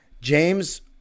James